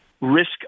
risk